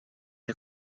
der